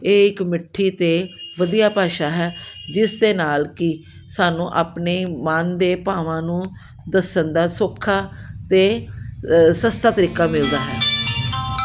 ਇਹ ਇੱਕ ਮਿੱਠੀ ਅਤੇ ਵਧੀਆ ਭਾਸ਼ਾ ਹੈ ਜਿਸ ਦੇ ਨਾਲ ਕਿ ਸਾਨੂੰ ਆਪਣੇ ਮਨ ਦੇ ਭਾਵਾਂ ਨੂੰ ਦੱਸਣ ਦਾ ਸੌਖਾ ਅਤੇ ਸਸਤਾ ਤਰੀਕਾ ਮਿਲਦਾ ਹੈ